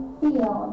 feel